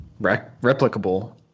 replicable